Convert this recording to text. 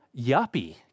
yuppie